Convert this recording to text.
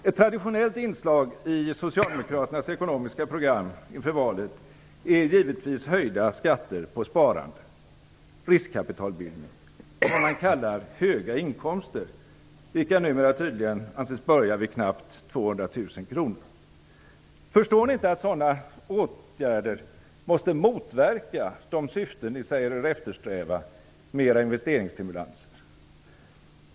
Ett tradionellt inslag i Socialdemokraternas ekonomiska program inför valet är givetvis höjda skatter på sparande, riskkapitalbildning och vad man kallar höga inkomster, vilka numera tydligen anses börja vid knappt 200 000 kr. Förstår ni inte att sådana åtgärder måste motverka de syften ni säger er eftersträva med era investeringsstimulanser?